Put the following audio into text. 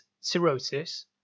cirrhosis